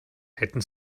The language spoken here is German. hätten